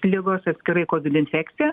ligos atskirai kovid infekcija